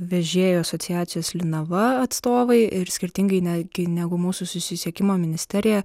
vežėjų asociacijos linava atstovai ir skirtingai net kai negu mūsų susisiekimo ministerija